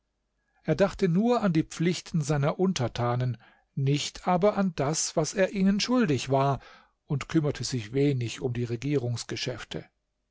er dachte nur an die pflichten seiner untertanen nicht aber an das was er ihnen schuldig war und kümmerte sich wenig um die regierungsgeschäfte